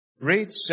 Reach